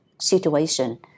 situation